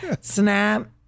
snap